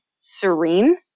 serene